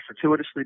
fortuitously